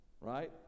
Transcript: right